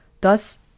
Thus